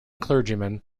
clergyman